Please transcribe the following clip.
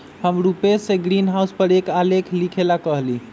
हम रूपेश से ग्रीनहाउस पर एक आलेख लिखेला कहली